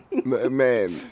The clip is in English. Man